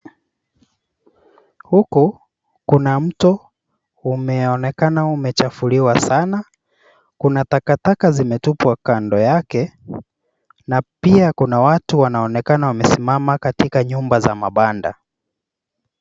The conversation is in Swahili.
Huku kuna mto umeonekana umechafuliwa sana. Kuna takataka zimetupwa kando yake na pia kuna watu wanaonekana wamesimama katika nyumba za mabanda.